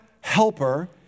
helper